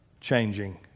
changing